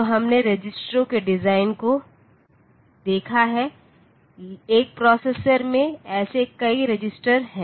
तो हमने रजिस्टरों के डिजाइन को देखा है एक प्रोसेसर में ऐसे कई रजिस्टर हैं